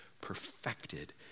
perfected